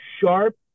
sharp